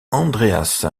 andreas